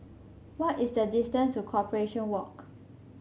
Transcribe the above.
what is the distance to Corporation Walk